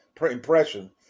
impression